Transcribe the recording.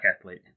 athlete